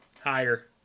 Higher